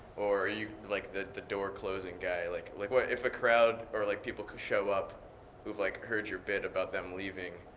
or you, like, the the door closing guy? like like if if a crowd or like people show up who have like heard your bit about them leaving,